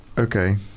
Okay